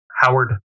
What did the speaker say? Howard